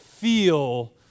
feel